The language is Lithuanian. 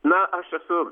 na aš esu